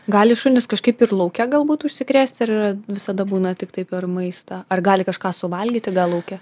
gali šunys kažkaip ir lauke galbūt užsikrėsti ir visada būna tiktai per maistą ar gali kažką suvalgyti gal lauke